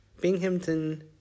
Binghamton